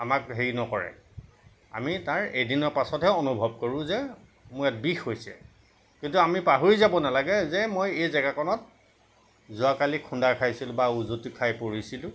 আমাক হেৰি নকৰে আমি তাৰ এদিনৰ পিছতহে অনুভৱ কৰোঁ যে মোৰ ইয়াত বিষ হৈছে কিন্তু আমি পাহৰি যাব নালাগে যে মই এই জাগাকণত যোৱাকালি খাইছিলোঁ বা উজুটি খাই পৰিছিলোঁ